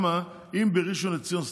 אם בראשון לציון,